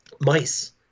mice